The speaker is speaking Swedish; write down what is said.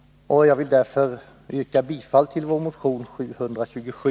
Jag vill därför yrka bifall till vår motion 727.